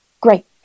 great